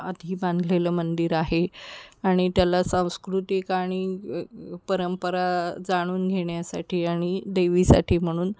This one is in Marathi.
आधी बांधलेलं मंदिर आहे आणि त्याला सांस्कृतिक आणि परंपरा जाणून घेण्यासाठी आणि देवीसाठी म्हणून